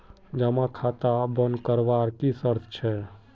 जमा खाता बन करवार की शर्त छे?